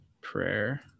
prayer